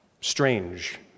strange